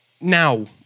Now